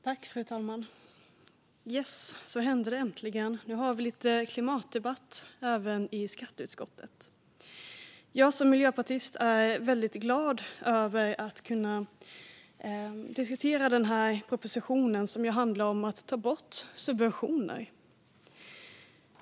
Fru talman! Yes! Så hände det äntligen. Nu har vi lite klimatdebatt även i skatteutskottet. Jag som miljöpartist är glad över att kunna diskutera propositionen, som ju handlar om att ta bort subventioner.